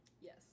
Yes